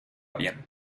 bien